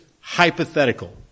hypothetical